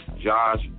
Josh